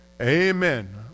Amen